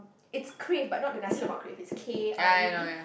it's krav but not the nasi-lemak kuey it's K_R_A_V